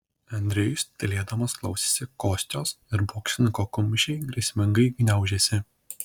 andrejus tylėdamas klausėsi kostios ir boksininko kumščiai grėsmingai gniaužėsi